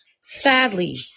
sadly